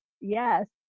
Yes